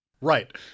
Right